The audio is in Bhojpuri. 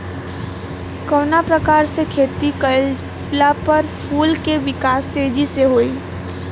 कवना प्रकार से खेती कइला पर फूल के विकास तेजी से होयी?